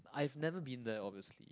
I've never been there obviously